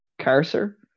Carcer